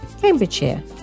Cambridgeshire